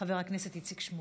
חבר הכנסת איציק שמולי.